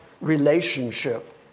relationship